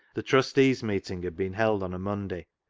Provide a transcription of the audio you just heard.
the trustees' meeting had been held on a monday,